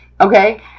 Okay